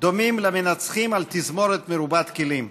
דומים למנצחים על תזמורת מרובת כלים.